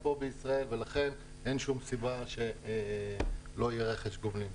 ולכן אין שום סיבה שלא יהיה רכש גומלין.